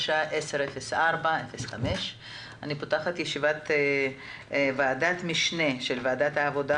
השעה 10:04. אני פותחת את ישיבת ועדת המשנה של ועדת העבודה,